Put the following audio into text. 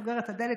סוגרת את הדלת,